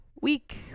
week